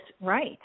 right